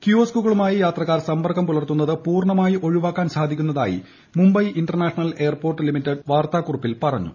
കിയോസ്കുകളുമായി യാത്രക്ക്ട് ്രസമ്പർക്കം പുലർത്തുന്നത് പൂർണ്ണമായി ഒഴിവാക്കാൻ സാധിക്കുന്നതായി മുംബൈ ഇന്റർനാഷണൽ എയർപോർട്ട് ലിമിറ്റഡ് വാർത്താക്കുറിപ്പിൽ പ്പറഞ്ഞു